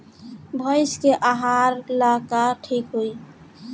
भइस के आहार ला का ठिक होई?